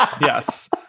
Yes